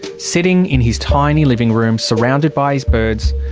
sitting in his tiny living room, surrounded by his birds,